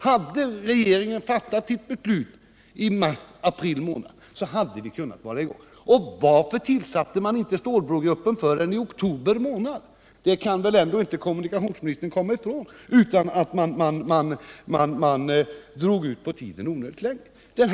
Hade regeringen fattat sitt beslut i mars-april, hade byggena också kunnat vara i gång. Och varför tillsatte man f. ö. inte stålbrogruppen förrän i oktober? Kommunikationsministern kan väl ändå inte komma ifrån att man drog ut på tiden onödigt länge.